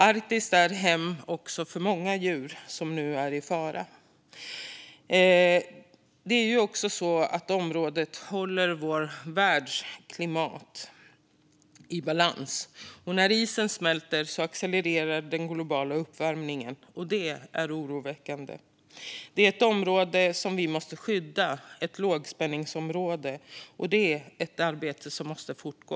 Arktis är också hem åt många djur som nu är i fara. Området håller dessutom vårt världsklimat i balans. När isen smälter accelererar den globala uppvärmningen, och det är oroväckande. Det är ett område vi måste skydda som ett lågspänningsområde, och det arbetet måste fortgå.